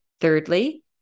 Thirdly